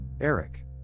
Eric